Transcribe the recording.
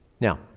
Now